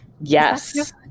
Yes